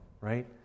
right